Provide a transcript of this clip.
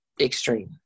extreme